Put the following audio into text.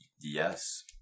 yes